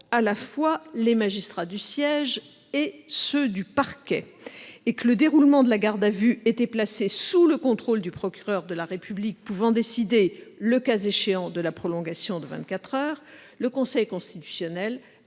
à la fois les magistrats du siège et ceux du parquet et que le déroulement de la garde à vue était placé sous le contrôle du procureur de la République pouvant décider, le cas échéant, de la prolongation de vingt-quatre heures. Le Conseil constitutionnel